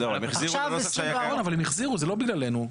אבל הם החזירו, זה לא בגללנו.